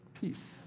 peace